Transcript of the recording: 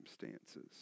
circumstances